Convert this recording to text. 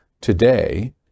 Today